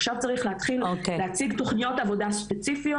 עכשיו צריך להתחיל להציג תכניות עבודה ספציפיות